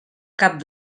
cap